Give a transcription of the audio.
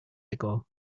ago